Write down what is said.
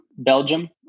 Belgium